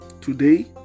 Today